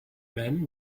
man